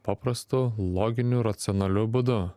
paprastu loginiu racionaliu būdu